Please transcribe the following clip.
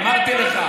אמרתי לך,